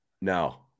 No